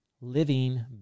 living